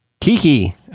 Kiki